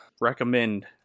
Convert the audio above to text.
recommend